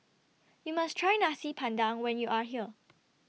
YOU must Try Nasi Padang when YOU Are here